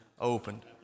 opened